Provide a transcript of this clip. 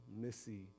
Missy